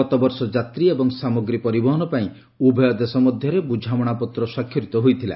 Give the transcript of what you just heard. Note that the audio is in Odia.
ଗତବର୍ଷ ଯାତ୍ରୀ ଏବଂ ସାମଗ୍ରୀ ପରିବହନ ପାଇଁ ଉଭୟ ଦେଶ ମଧ୍ୟରେ ବୁଝାମଣା ପତ୍ର ସ୍ୱାକ୍ଷରିତ ହୋଇଥିଲା